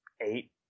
eight